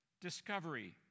discovery